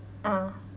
ah